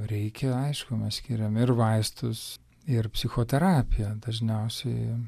reikia aišku mes skiriam ir vaistus ir psichoterapiją dažniausiai